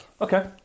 Okay